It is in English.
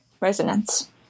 resonance